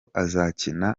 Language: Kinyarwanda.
azakina